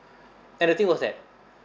and the thing was that